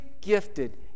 gifted